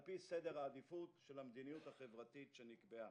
על-פי סדר העדיפות של המדיניות החברתית שנקבעה: